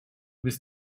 bist